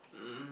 um